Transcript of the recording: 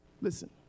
Listen